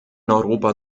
europa